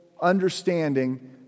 understanding